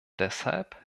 deshalb